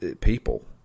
people